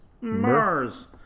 Mars